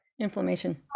Inflammation